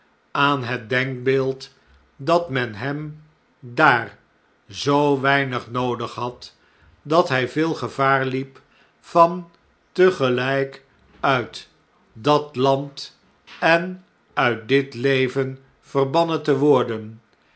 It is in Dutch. aan het denkbeeld dat men hem daar zoo weinig noodig had dat h j veel gevaar hep van tegeljjk uit dat land en uit dit leven verbannen te worden